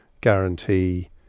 guarantee